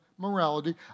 morality